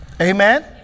Amen